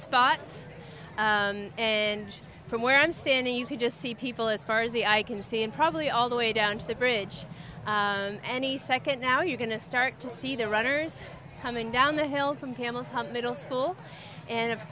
spots and from where i'm standing you can just see people as far as the eye can see and probably all the way down to the bridge any second now you're going to start to see the runners coming down the hill from camel's hump middle school and of